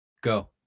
go